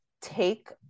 take